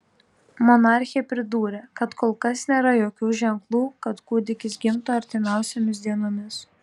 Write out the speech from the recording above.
monarchė pridūrė kad kol kas nėra jokių ženklų kad kūdikis gimtų artimiausiomis dienomis